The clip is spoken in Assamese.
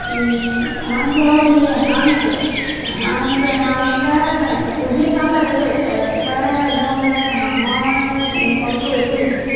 আমাৰ ঘৰত সেই হাঁহ আছে হাঁহ আছে হাঁহবিলাক পুহি ভাল লাগে দেই এক পকাৰে একদম মানে হাঁহৰ ইনকমটো বেছি